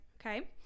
Okay